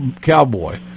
Cowboy